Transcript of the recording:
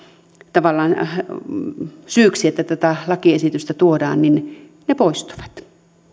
tavallaan syyksi että tätä lakiesitystä tuodaan poistuvat